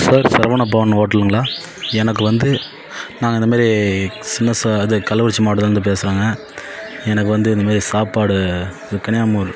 sir Saravana Bhavan ஹோட்டலுங்களா எனக்கு வந்து நாங்கள் இந்த மாரி சின்ன ச இது கள்ளக்குறிச்சி மாவட்டத்துலேருந்து பேசுகிறோங்க எனக்கு வந்து இந்த மாரி சாப்பாடு விற்பனையே